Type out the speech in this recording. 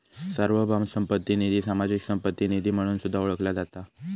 सार्वभौम संपत्ती निधी, सामाजिक संपत्ती निधी म्हणून सुद्धा ओळखला जाता